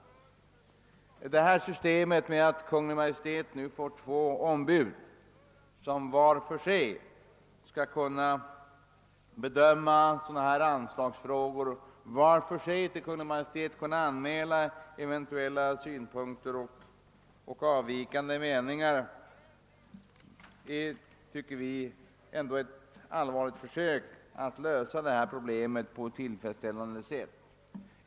Detta system att Kungl. Maj:t nu får två ombud, som vart för sig skall kunna bedöma sådana här anslagsfrågor och vart för sig till Kungl. Maj:t skall kunna anmäla eventuella synpunkter och avvikande meningar, är — tycker vi — ändå ett allvarligt försök att lösa detta problem på ett tillfredsställande sätt.